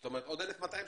זאת אומרת, עוד 1,200 שקל?